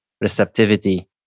receptivity